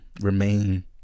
remain